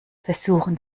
versuchen